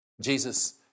Jesus